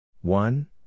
One